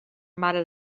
mare